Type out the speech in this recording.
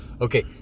Okay